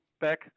back